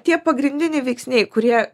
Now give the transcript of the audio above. tie pagrindiniai veiksniai kurie